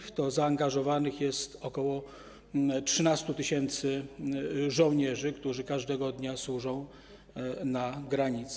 W to zaangażowanych jest ok. 13 tys. żołnierzy, którzy każdego dnia służą na granicy.